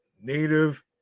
native